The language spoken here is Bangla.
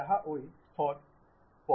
উপাদান পূরণ করুন